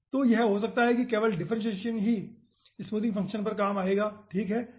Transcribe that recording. तो यह हो सकता है और केवल डिफ्रेंसियेसन ही स्मूथिंग फंक्शन पर काम आएगा ठीक है